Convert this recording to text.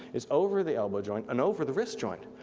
is over the elbow joint and over the wrist joint.